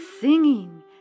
singing